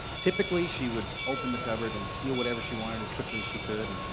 typically, she would open the cupboard and steal whatever she wanted as quickly as she could.